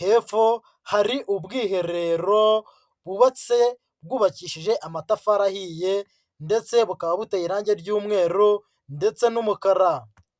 Hepfo hari ubwiherero bwubatse, bwubakishije amatafari ahiye ndetse bukaba buteye irangi ry'umweru ndetse n'umukara.